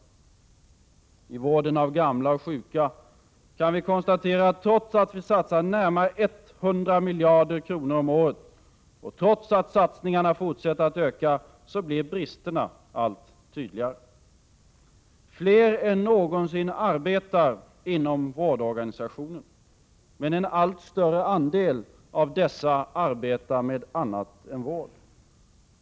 När det gäller vården av gamla och sjuka kan vi konstatera att trots att vi satsar närmare 100 miljarder kronor om året, och trots att satsningarna fortsätter att öka, blir bristerna allt tydligare. Fler än någonsin arbetar inom vårdorganisationen, men en allt större andel av dessa arbetar med annat än vård.